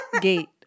gate